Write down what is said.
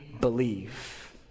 believe